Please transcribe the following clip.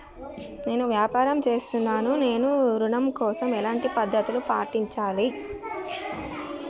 నేను వ్యాపారం చేస్తున్నాను నేను ఋణం కోసం ఎలాంటి పద్దతులు పాటించాలి?